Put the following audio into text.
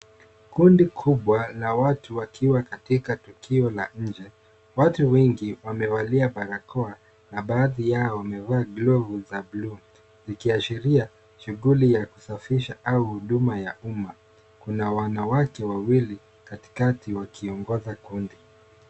Kundi kubwa na watu wakiwa katika tukio la nje. Watu wengi wamevalia barakoa na baadhi yao wamevaa glovu za buluu zikiashiria shughuli ya kusafisha au huduma ya umma. Kuna wanawake wawili katikati wakiongoza kundi.